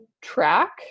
track